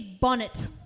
bonnet